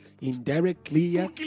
indirectly